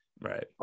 Right